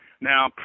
Now